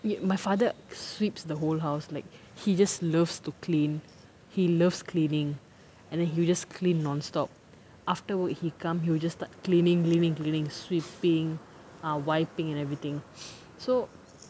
y~ my father sweeps the whole house like he just loves to clean he loves cleaning and then he will just clean nonstop afterward he come he will just start cleaning cleaning cleaning sweeping ah wiping and everything so